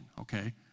okay